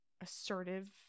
assertive